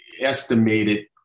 estimated